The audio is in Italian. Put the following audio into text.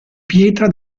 pietra